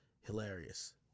Hilarious